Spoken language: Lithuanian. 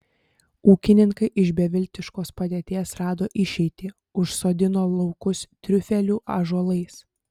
ūkininkai iš beviltiškos padėties rado išeitį užsodino laukus triufelių ąžuolais